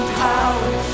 power